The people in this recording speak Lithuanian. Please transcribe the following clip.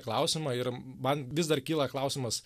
klausimą ir man vis dar kyla klausimas